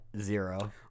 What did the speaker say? zero